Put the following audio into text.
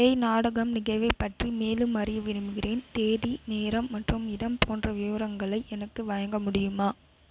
ஏய் நாடகம் நிகழ்வைப் பற்றி மேலும் அறிய விரும்புகிறேன் தேதி நேரம் மற்றும் இடம் போன்ற விவரங்களை எனக்கு வழங்க முடியுமா